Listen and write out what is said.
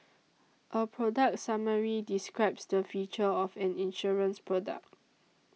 a product summary describes the features of an insurance product